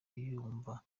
yumva